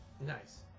Nice